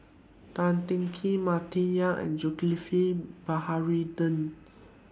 Tan Teng Kee Martin Yan and Zulkifli Baharudin